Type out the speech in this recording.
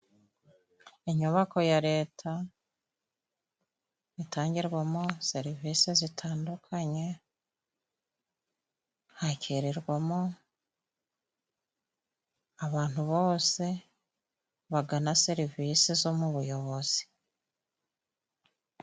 Inyubako ya leta itangirwamo serivisi zitandukanye hakererwamo abantu bose bagana serivisi zo mu buyobozi.